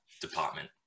department